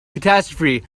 catastrophe